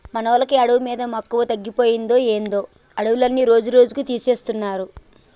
మనోళ్ళకి అడవి మీద మక్కువ తగ్గిపోయిందో ఏందో అడవులన్నీ రోజురోజుకీ తీసేస్తున్నారు